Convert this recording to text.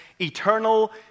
eternal